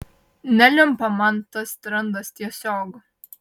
nelimpa man tas trendas tiesiog